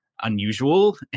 unusual